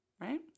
Right